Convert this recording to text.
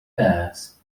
pass